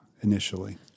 initially